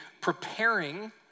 preparing